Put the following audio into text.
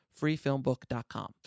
freefilmbook.com